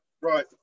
Right